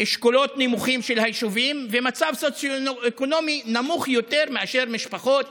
ביישובים מאשכולות נמוכים ומצב סוציו-אקונומי נמוך יותר מאשר משפחות